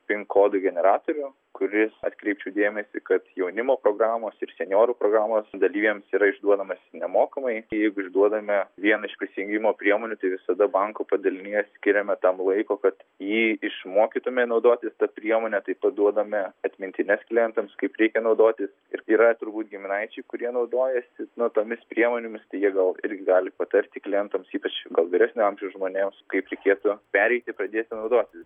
pin kodų generatorių kuris atkreipčiau dėmesį kad jaunimo programos ir senjorų programos dalyviams yra išduodamas nemokamai jeigu išduodame vieną iš prisijungimo priemonių visada banko padalinyje skiriame tam laiko kad jį išmokytumėme naudotis ta priemone taip pat duodame atmintines klientams kaip reikia naudotis ir yra turbūt giminaičiai kurie naudojasi slaptomis priemonėmis jie gal ir gali patarti klientams ypač vyresnio amžiaus žmonėms kaip reikėtų pereiti pradėti naudotis